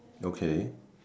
okay